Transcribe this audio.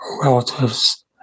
relatives